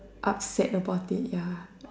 upset about it ya